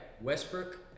Westbrook